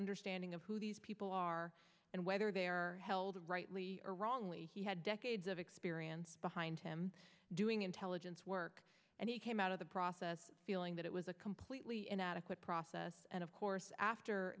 understanding of who these people are and whether they are held rightly or wrongly he had decades of experience behind him doing intelligence work and he came out of the process feeling that it was a completely inadequate process and of course after